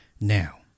now